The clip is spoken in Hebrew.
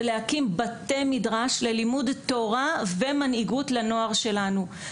להקים בתי מדרש ללימוד תורה ומנהיגות לנוער שלנו.